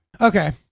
okay